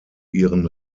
ihren